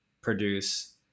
produce